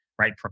right